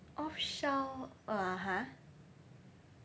off shore ah (uh huh)